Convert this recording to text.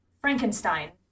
Frankenstein